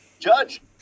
judge